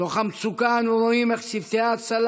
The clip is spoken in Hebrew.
מתוך המצוקה אנו רואים איך צוותי ההצלה